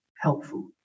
helpful